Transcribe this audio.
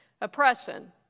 Oppression